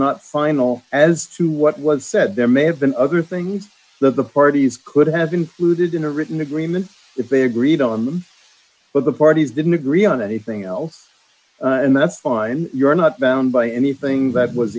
not final as to what was said there may have been other things that the parties could have been rooted in a written agreement if they agreed on them but the parties didn't agree on anything else and that's fine you're not bound by anything that was